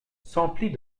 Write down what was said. s’emplit